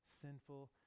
sinful